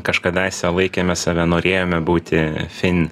kažkada laikėme save norėjome būti fin